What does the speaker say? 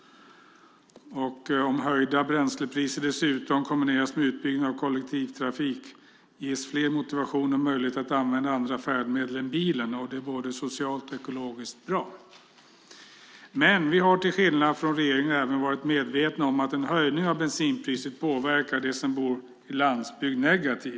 Om höjda bränslepriser dessutom kombineras med utbyggnad av kollektivtrafiken ges fler motivation och möjlighet att använda andra färdmedel än bilen. Både socialt och ekologiskt är det bra. Till skillnad från regeringen har vi även varit medvetna om att en höjning av bensinpriset negativt påverkar dem som bor i landsbygd.